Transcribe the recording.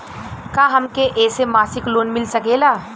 का हमके ऐसे मासिक लोन मिल सकेला?